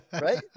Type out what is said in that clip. right